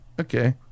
okay